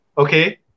Okay